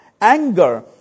anger